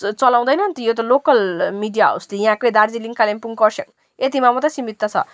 चलाउँदैनन् त local media house त यहाँकै दार्जिलिङ कालिम्पोङ कर्सियङ यतिमा मात्र सीमित छ